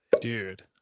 Dude